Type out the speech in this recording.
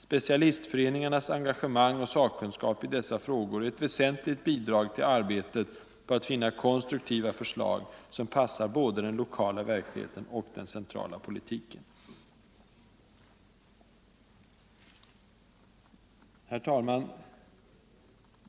Specialistföreningarnas engagemang och sakkunskap i dessa frågor är ett väsentligt bidrag till arbetet på att finna konstruktiva förslag, som passar både den lokala verkligheten och den centrala politiken.” Herr talman!